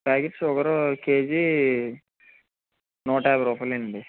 packet sugar KG నూట యాభై రూపాయలండి